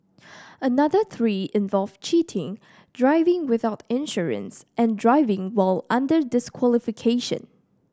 another three involve cheating driving without insurance and driving while under disqualification